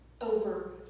over